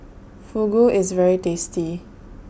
Fugu IS very tasty